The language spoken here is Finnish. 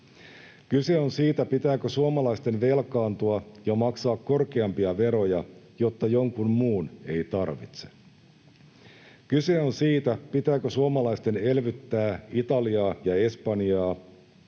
Kyse on siitä, pitääkö suomalaisten velkaantua ja maksaa korkeampia veroja, jotta jonkun muun ei tarvitse. Kyse on siitä, pitääkö suomalaisten elvyttää Italiaa ja Espanjaa,